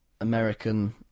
American